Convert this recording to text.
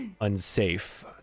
unsafe